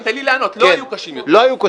לא היו קשים יותר.